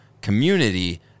community